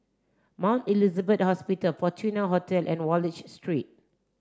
Mount Elizabeth Hospital Fortuna Hotel and Wallich Street